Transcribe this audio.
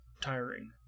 tiring